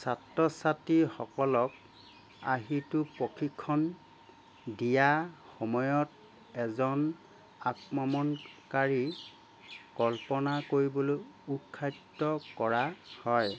ছাত্ত ছাত্তীসকলক আৰ্হিটো প্ৰশিক্ষণ দিয়া সময়ত এজন আক্মমণকাৰীক কল্পনা কৰিবলৈ উৎসাহিত কৰা হয়